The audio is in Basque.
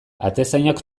atezainak